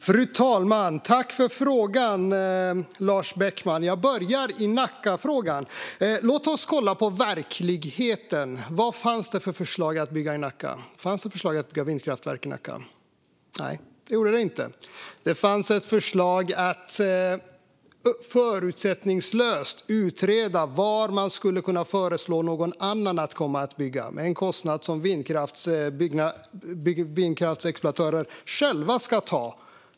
Fru talman! Tack för frågan, Lars Beckman! Jag börjar med Nackafrågan. Låt oss kolla på verkligheten. Vad fanns det för förslag om att bygga i Nacka? Fanns det förslag om att bygga vindkraftverk i Nacka? Nej, det gjorde det inte. Det fanns ett förslag om att förutsättningslöst utreda var man skulle kunna föreslå någon annan att komma och bygga, till en kostnad som vindkraftsexploatörerna själva ska ta.